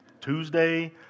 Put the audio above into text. Tuesday